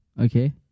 Okay